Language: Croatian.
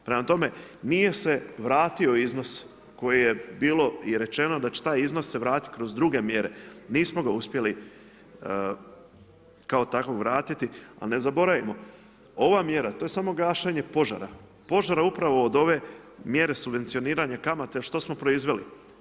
Prema tome, nije se vratio iznos koji je bilo i rečeno da će taj iznos se vratit kroz druge mjere, nismo ga uspjeli kao takvog vratiti, ali ne zaboravimo, ova mjera to je samo gašenje požara, požara upravo od ove mjere subvencioniranja kamata što smo proizveli?